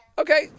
Okay